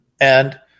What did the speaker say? And-